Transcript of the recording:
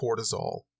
cortisol